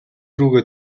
рүүгээ